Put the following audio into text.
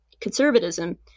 conservatism